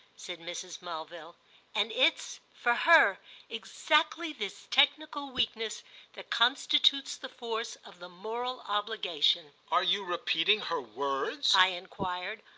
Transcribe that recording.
said mrs. mulville and it's, for her, exactly this technical weakness that constitutes the force of the moral obligation. are you repeating her words? i enquired.